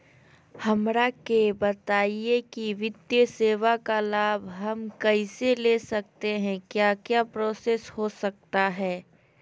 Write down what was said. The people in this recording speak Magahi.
हमरा के बताइए की वित्तीय सेवा का लाभ हम कैसे ले सकते हैं क्या क्या प्रोसेस हो सकता है?